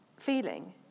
feeling